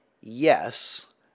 yes